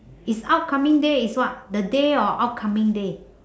it's upcoming day is what the day or upcoming day